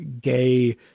gay